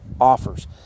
offers